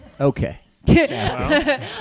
Okay